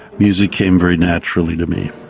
music came very naturally to me.